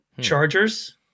Chargers